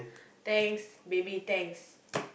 thanks baby thanks